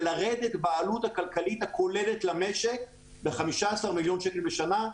ולרדת בעלות הכלכלית הכוללת למשק ב-15 מיליון שקלים בשנה,